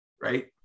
right